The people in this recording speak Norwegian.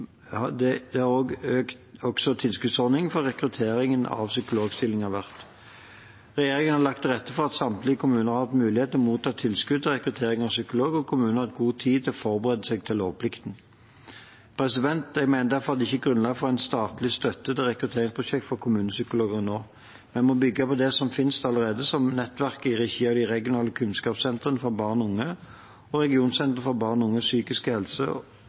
økt tilskuddsordning for rekruttering av psykologstillinger vært. Regjeringen har lagt til rette for at samtlige kommuner har hatt mulighet til å motta tilskudd til rekruttering av psykolog, og kommunene har hatt god tid til å forberede seg til lovplikten. Jeg mener derfor det ikke er grunnlag for en statlig støtte til rekrutteringsprosjekter for kommunepsykologer nå. Vi må bygge på det som finnes allerede, som nettverk i regi av de regionale kunnskapssentrene for barn og unge og Regionsenter for barn og unges psykiske helse